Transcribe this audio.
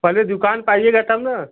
पहले दुकान पर आइएगा तब ना